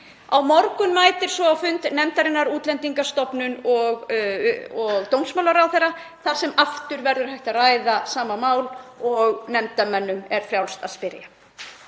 Á morgun mætir svo á fund nefndarinnar Útlendingastofnun og dómsmálaráðherra þar sem aftur verður hægt að ræða sama mál og nefndarmönnum er frjálst að spyrja.